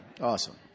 Awesome